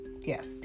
yes